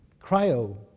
cryo